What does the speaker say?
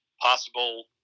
possible